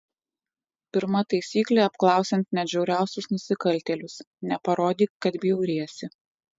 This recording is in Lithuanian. pirma taisyklė apklausiant net žiauriausius nusikaltėlius neparodyk kad bjauriesi